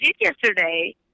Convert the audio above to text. yesterday